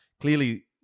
Clearly